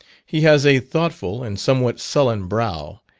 he has a thoughtful, and somewhat sullen brow,